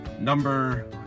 Number